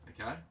Okay